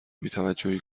بیتوجهی